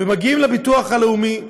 ומגיעים לביטוח הלאומי,